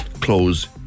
close